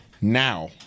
now